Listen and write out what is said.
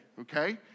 Okay